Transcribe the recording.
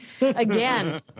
Again